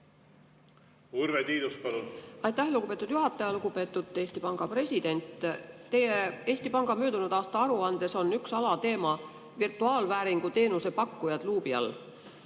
Urve Tiidus, palun! Aitäh, lugupeetud juhataja! Lugupeetud Eesti Panga president! Teie esitatud Eesti Panga möödunud aasta aruandes on üks alateema: virtuaalvääringu teenusepakkujad luubi all.